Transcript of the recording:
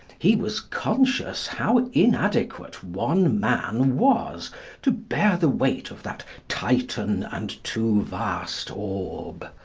he was conscious how inadequate one man was to bear the weight of that titan and too vast orb.